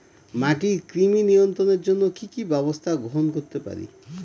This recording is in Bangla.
মাটির কৃমি নিয়ন্ত্রণের জন্য কি কি ব্যবস্থা গ্রহণ করতে পারি?